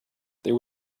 there